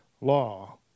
law